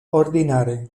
ordinare